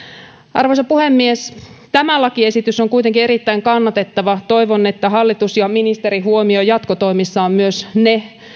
arvoisa puhemies tämä lakiesitys on kuitenkin erittäin kannatettava toivon että hallitus ja ministeri huomioi jatkotoimissaan myös ne